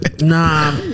Nah